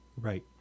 Right